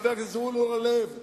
חבר הכנסת זבולון אורלב,